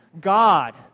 God